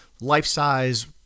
life-size